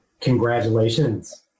Congratulations